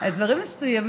אז דברים מסוימים,